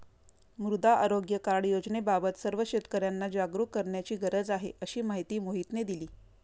मृदा आरोग्य कार्ड योजनेबाबत सर्व शेतकर्यांना जागरूक करण्याची गरज आहे, अशी माहिती मोहितने दिली